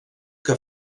que